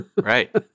Right